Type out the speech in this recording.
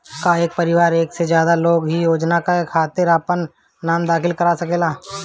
का एक परिवार में एक से ज्यादा लोग एक ही योजना के खातिर आपन नाम दाखिल करा सकेला?